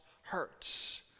hurts